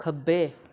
खब्बे